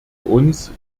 uns